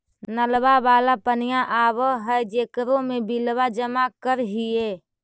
नलवा वाला पनिया आव है जेकरो मे बिलवा जमा करहिऐ?